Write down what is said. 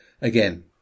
again